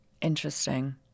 Interesting